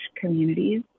communities